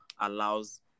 allows